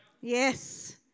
Yes